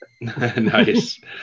Nice